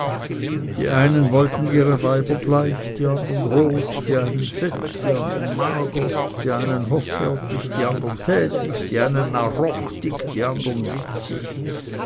die einen wollten ihre weiber bleich die andern rot die einen fett die andern mager die einen hoffärtig die andern tätig die einen narrochtig die andern witzig